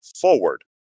forward